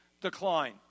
decline